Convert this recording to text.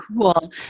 cool